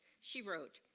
she wrote,